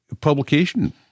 publication